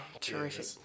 terrific